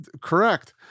Correct